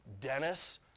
Dennis